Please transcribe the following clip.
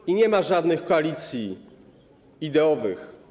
I nie ma żadnych koalicji ideowych.